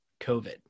COVID